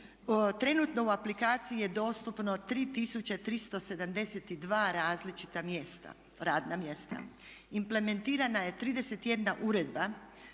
Trenutno u aplikaciji je dostupno 3372 različita mjesta, radna mjesta. Implementirana je 31 uredba,